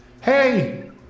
Hey